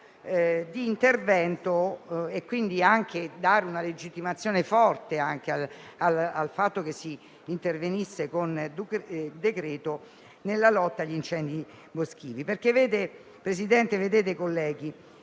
di intervento e quindi anche di dare una legittimazione forte al fatto che si intervenisse con decreto-legge nella lotta agli incendi boschivi. Signor Presidente, colleghi,